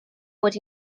mod